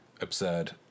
absurd